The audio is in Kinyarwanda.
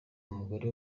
umugore